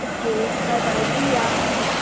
okay bye bye Priya